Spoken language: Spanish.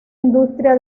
industria